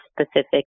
specific